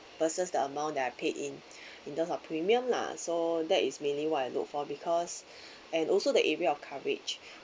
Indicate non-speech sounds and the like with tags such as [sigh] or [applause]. versus the amount that I paid in [breath] in terms of premium lah so that is mainly what I look for because [breath] and also the area of coverage